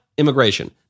Immigration